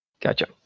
Gotcha